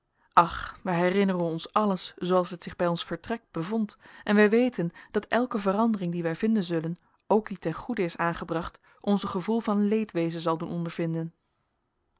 ach wij herinneren ons alles zooals het zich bij ons vertrek bevond en wij weten dat elke verandering die wij vinden zullen ook die ten goede is aangebracht ons een gevoel van leedwezen zal doen ondervinden